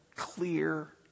Clear